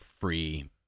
free